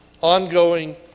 ongoing